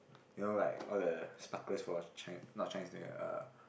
you know like all the sparklers for not Chinese New Year uh